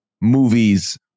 movies